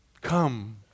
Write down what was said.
Come